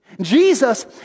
Jesus